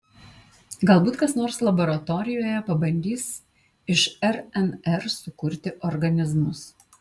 galbūt kas nors laboratorijoje pabandys iš rnr sukurti organizmus